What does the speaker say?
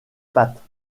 pattes